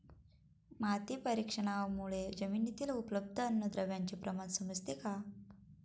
माती परीक्षणामुळे जमिनीतील उपलब्ध अन्नद्रव्यांचे प्रमाण समजते का?